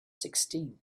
sixteen